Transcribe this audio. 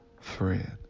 friend